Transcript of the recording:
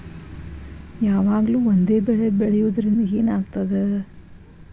ಯಾವಾಗ್ಲೂ ಒಂದೇ ಬೆಳಿ ಬೆಳೆಯುವುದರಿಂದ ಏನ್ ಆಗ್ತದ?